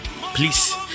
please